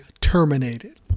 terminated